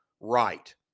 right